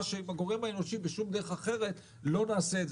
מה שעם הגורם האנושי בשום דרך אחרת לא נעשה.